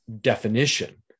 definition